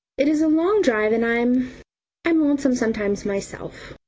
it is a long drive and i'm i'm lonesome sometimes myself.